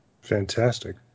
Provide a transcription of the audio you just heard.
Fantastic